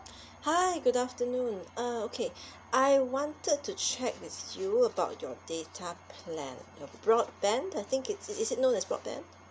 hi good afternoon uh okay I wanted to check with you about your data plan your broadband I think it is is it known as broadband